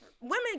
Women